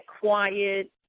quiet